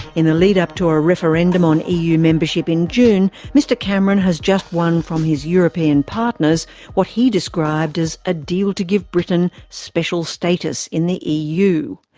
in the lead-up to a referendum on eu membership in june, mr cameron has just won from his european partners what he described as a deal to give britain special status in the eu,